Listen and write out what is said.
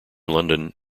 london